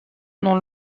dans